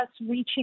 reaching